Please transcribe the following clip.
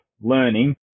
learning